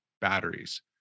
batteries